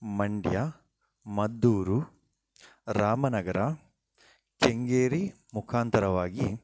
ಮಂಡ್ಯ ಮದ್ದೂರು ರಾಮನಗರ ಕೆಂಗೇರಿ ಮುಖಾಂತರವಾಗಿ